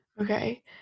okay